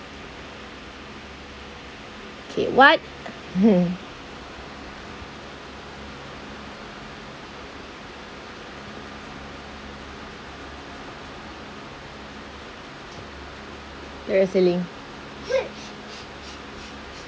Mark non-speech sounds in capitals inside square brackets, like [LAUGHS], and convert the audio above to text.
okay what [LAUGHS] where is the link